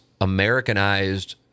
Americanized